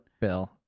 Bill